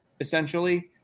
essentially –